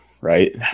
right